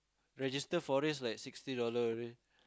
register for race like sixty dollars